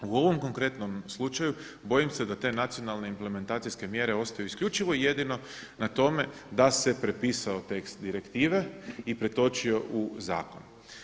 U ovom konkretnom slučaju bojim se da te nacionalne implementacijske mjere ostaju isključivo i jedino na tome da se prepisao tekst direktive i pretočio u zakon.